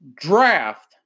draft